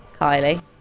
Kylie